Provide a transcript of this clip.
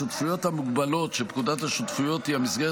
השותפויות המוגבלות, שפקודת השותפויות היא המסגרת